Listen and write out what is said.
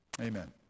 amen